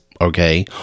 Okay